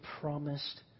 promised